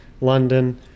London